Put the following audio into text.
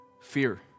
fear